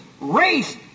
race